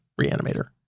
reanimator